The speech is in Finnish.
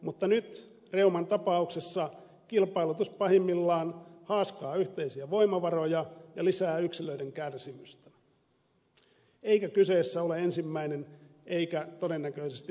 mutta nyt reuman tapauksessa kilpailutus pahimmillaan haaskaa yhteisiä voimavaroja ja lisää yksilöiden kärsimystä eikä kyseessä ole ensimmäinen eikä todennäköisesti viimeinenkään kerta